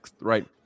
right